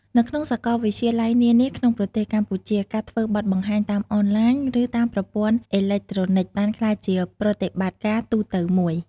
នៅក្នុងសកលវិទ្យាល័យនានាក្នុងប្រទេសកម្ពុជា ការធ្វើបទបង្ហាញតាមអនឡាញ ឬ តាមប្រព័ន្ធអេឡិចត្រូនិកបានក្លាយជាប្រតិបត្តិការទូទៅមួយ។